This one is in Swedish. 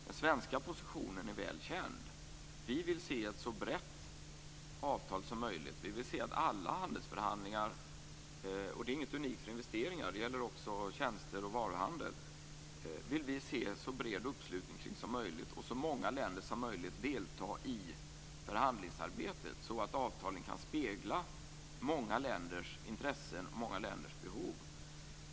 Den svenska positionen är väl känd. Vi vill se ett så brett avtal som möjligt. Vi vill se en så bred uppslutning som möjligt kring alla handelsförhandlingar, och det gäller inte bara för investeringar utan också för tjänster och varuhandel. Vi vill att så många länder som möjligt deltar i förhandlingsarbetet, så att avtalet kan spegla många länders intressen och behov.